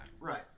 Right